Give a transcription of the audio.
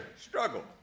Struggle